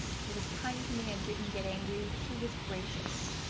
she was kind to me and didn't get angry. she was gracious.